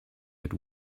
that